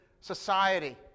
society